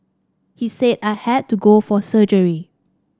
he said I had to go for surgery